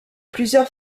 plusieurs